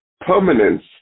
permanence